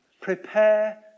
Prepare